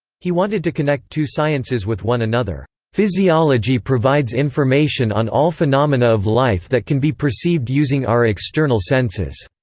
he wanted to connect two sciences with one another. physiology provides information on all phenomena of life that can be perceived using our external senses.